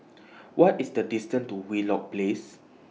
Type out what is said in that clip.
What IS The distance to Wheelock Place